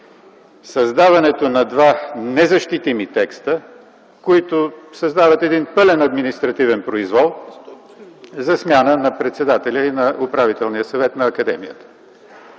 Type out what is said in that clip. създаването на два незащитими текста, които създават един пълен административен произвол за смяна на председателя и на Управителния съвет на Академията.